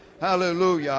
Hallelujah